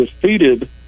defeated